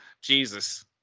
Jesus